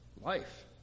Life